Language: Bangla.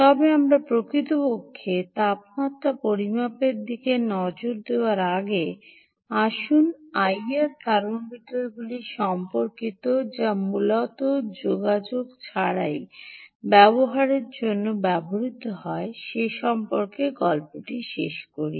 তবে আমরা প্রকৃতপক্ষে তাপমাত্রা পরিমাপের দিকে নজর দেওয়ার আগে আসুন আইআর থার্মোমিটারগুলি সম্পর্কিত যা মূলত যোগাযোগ ছাড়াই ব্যবহারের জন্য ব্যবহৃত হয় সে সম্পর্কে গল্পটি শেষ করি